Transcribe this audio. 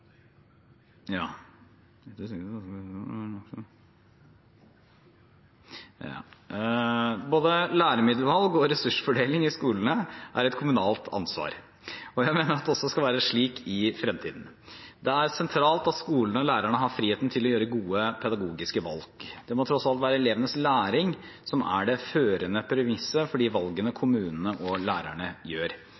Både læremiddelvalg og ressursfordeling i skolene er et kommunalt ansvar. Jeg mener at det også skal være slik i fremtiden. Det er sentralt at skolene og lærerne har frihet til å ta gode pedagogiske valg. Det må tross alt være elevenes læring som er det førende premisset for de valgene